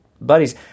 buddies